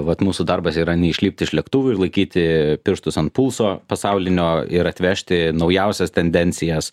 vat mūsų darbas yra neišlipti iš lėktuvų ir laikyti pirštus ant pulso pasaulinio ir atvežti naujausias tendencijas